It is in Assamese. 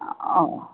অঁ